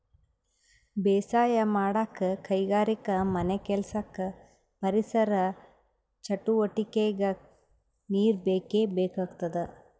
ಬೇಸಾಯ್ ಮಾಡಕ್ಕ್ ಕೈಗಾರಿಕೆಗಾ ಮನೆಕೆಲ್ಸಕ್ಕ ಪರಿಸರ್ ಚಟುವಟಿಗೆಕ್ಕಾ ನೀರ್ ಬೇಕೇ ಬೇಕಾಗ್ತದ